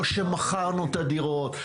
לא שמכרנו את הדירות,